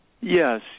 Yes